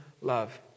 love